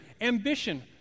Ambition